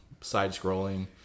Side-scrolling